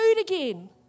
again